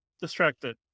distracted